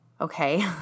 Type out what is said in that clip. okay